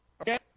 Okay